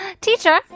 teacher